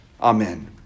Amen